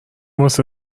واسه